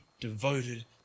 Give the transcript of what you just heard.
devoted